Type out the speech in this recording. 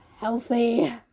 healthy